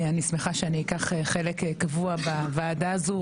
אני שמחה שאקח חלק קבוע בוועדה הזאת.